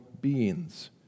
beings